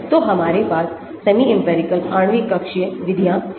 तो हमारे पास अर्ध अनुभवजन्य आणविक कक्षीय विधियां हैं